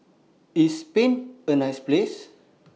IS Spain A nice Place